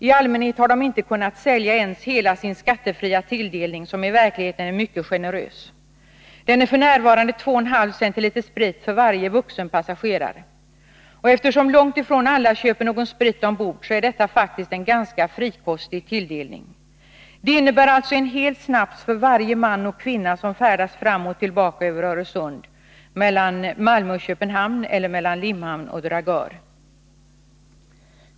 I allmänhet har de inte kunnat sälja ens hela sin skattefria tilldelning, som i verkligheten är mycket generös. Den är f.n. 2,5 cl sprit för varje vuxen passagerare. Eftersom långt ifrån alla köper någon sprit ombord är detta faktiskt en ganska frikostig tilldelning. Det innebär en hel snaps för varje man och kvinna som färdas fram och tillbaka över Öresund mellan Malmö och Köpenhamn eller mellan Limhamn och Dragör.